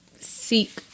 seek